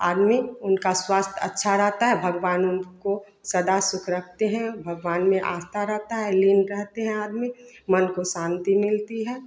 आदमी उनका स्वास्थ्य अच्छा रहता है भगवान उनको सदा सुख रखते है भगवान में आस्था रहता है लीन रहते है आदमी मन को शांति मिलती है